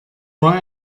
war